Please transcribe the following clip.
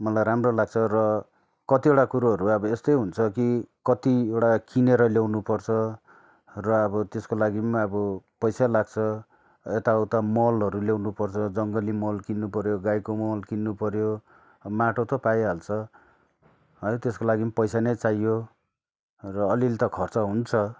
मलाई राम्रो लाग्छ है त्स कतिवटा कुरोहरू अब यस्तै हुन्छ कि कतिवटा किनेर ल्याउनु पर्छ र अब त्यसको लागिम् आबो पैसा लाग्छ एता उता मलहरू ल्याउनु पऱ्यो जंगली मल किन्नु पर्यो गाईको मल किन्नु पर्यो माटो त पाई हाल्छ है त्यसको लागिम् पैसा नै चाइयो र अलि अलि त खर्च हुन्छ